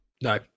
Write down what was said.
No